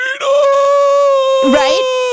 Right